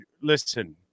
listen